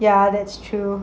ya that's true